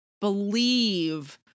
believe